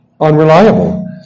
unreliable